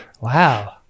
Wow